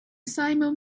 simum